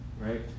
right